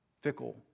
Fickle